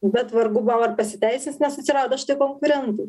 bet vargu bau ar pasiteisins nes atsirado šitie konkurentai